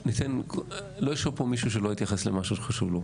לא יושב פה מישהו שלא יתייחס למשהו שחשוב לו,